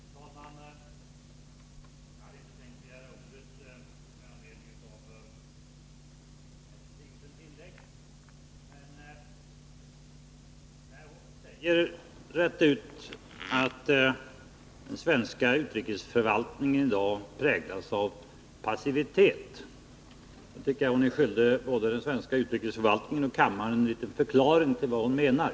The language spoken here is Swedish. Fru talman! Jag hade inte tänkt begära ordet med anledning av fru Sigurdsens inlägg, men när hon säger rätt ut att den svenska utrikesförvaltningen i dag präglas av passivitet tycker jag att hon är skyldig både den svenska utrikesförvaltningen och kammaren en förklaring till vad hon menar.